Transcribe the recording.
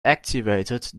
activated